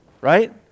Right